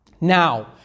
Now